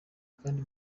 kandi